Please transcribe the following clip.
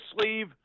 sleeve